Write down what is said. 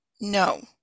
No